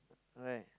right